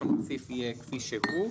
כלומר הסעיף יהיה כפי שהוא.